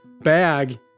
bag